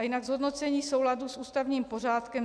Jinak zhodnocení souladu s ústavním pořádkem.